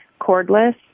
cordless